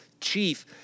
chief